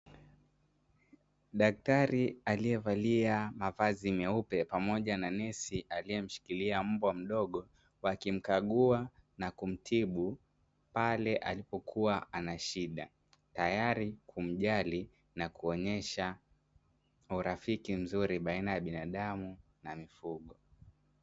Daktari aliyevalia mavazi meupe pamoja na nesi aliemshikilia mbwa mdogo wakimkagua na kumtibu pale alipokuwa ana shida, tayari kumjali na kuonyesha urafiki mzuri baina ya binadamu na mifungo.